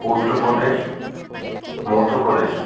Uttar Pradesh Madhya Pradesh